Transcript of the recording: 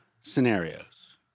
scenarios